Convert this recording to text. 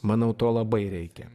manau to labai reikia